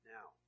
Now